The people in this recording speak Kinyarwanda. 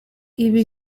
ibi